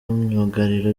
myugariro